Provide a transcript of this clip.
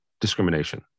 discrimination